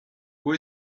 who